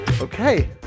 Okay